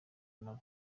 nabo